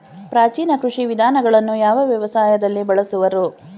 ಪ್ರಾಚೀನ ಕೃಷಿ ವಿಧಾನಗಳನ್ನು ಯಾವ ವ್ಯವಸಾಯದಲ್ಲಿ ಬಳಸುವರು?